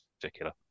particular